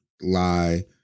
lie